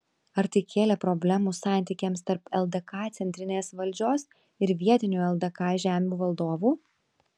ar tai kėlė problemų santykiams tarp ldk centrinės valdžios ir vietinių ldk žemių valdovų